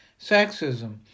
sexism